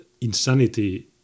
insanity